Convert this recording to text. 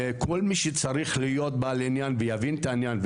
וכל מי שצריך להיות בעל עניין ויבין את העניין,